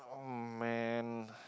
oh man